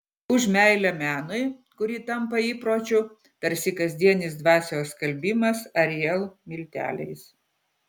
už meilę menui kuri tampa įpročiu tarsi kasdienis dvasios skalbimas ariel milteliais